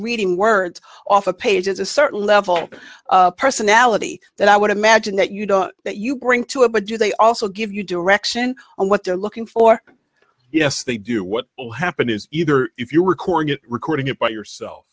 reading words off a page it's a certain level of personality that i would imagine that you know that you bring to it but do they also give you direction on what they're looking for yes they do what will happen is either if you record it recording it by yourself